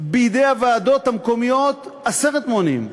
בידי הוועדות המקומיות הן עשרת מונים,